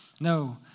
No